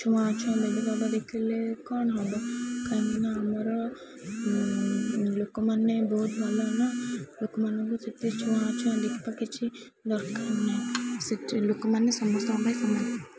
ଛୁଆଁ ଛୁଆଁ ଭେଦଭାବ ଦେଖିଲେ କ'ଣ ହବ କାହିଁକିନା ଆମର ଲୋକମାନେ ବହୁତ ଭଲ ନା ଲୋକମାନଙ୍କୁ ସେଥିରେ ଛୁଆଁ ଅଛୁଆଁ ଦେଖିବା କିଛି ଦରକାର ନାହିଁ ସେଠି ଲୋକମାନେ ସମସ୍ତଙ୍କ ପାଇଁ ସମାନ